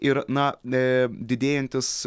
ir na didėjantis